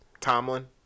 Tomlin